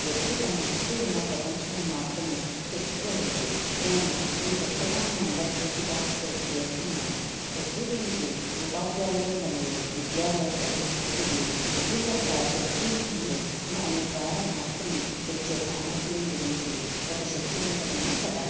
వ్యక్తి తన చుట్టూ ఉన్న ప్రపంచంలో మార్పును తెచ్చుకోవచ్చు నేను ఈ పుస్తకాన్ని అందరికీ సిపాసు చేస్తున్నాను ప్రత్యేకించి ఉపాధ్యాయులు మరియు విద్యావేత్తలు ఇది విద్య యొక్క శక్తి మరియు దాని ద్వారా మార్పుని తెచ్చే సామర్థ్యం గురించి ఒక శక్తివంతమైన కథ